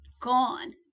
Gone